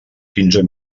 quinze